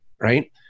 right